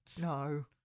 No